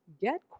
get